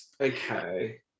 Okay